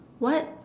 what